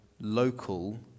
local